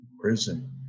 prison